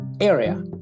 area